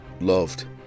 loved